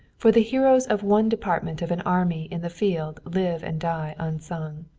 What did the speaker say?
for the heroes of one department of an army in the field live and die unsung.